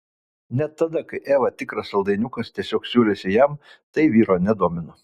net tada kai eva tikras saldainiukas tiesiog siūlėsi jam tai vyro nedomino